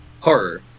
horror